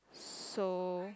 so